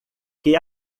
que